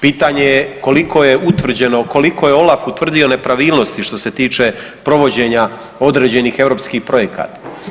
Pitanje je koliko je utvrđeno, koliko je OLAF utvrdio nepravilnosti što se tiče provođenja određenih europskih projekata.